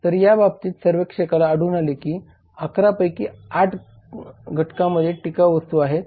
तर या बाबतीत सर्वेक्षकाला आढळून आले की 11 पैकी 8 घकांमध्ये टिकाऊ वस्तू आहेत